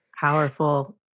powerful